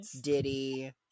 Diddy